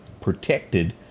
protected